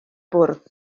bwrdd